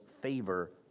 favor